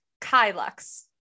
Kylux